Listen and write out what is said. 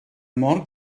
mor